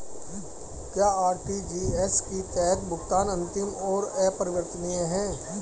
क्या आर.टी.जी.एस के तहत भुगतान अंतिम और अपरिवर्तनीय है?